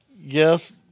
yes